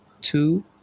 two